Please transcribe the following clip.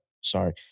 sorry